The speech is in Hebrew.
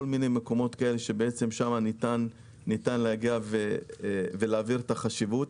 לכל מיני מקומות כאלה לשם ניתן להגיע ולהבהיר את החשיבות.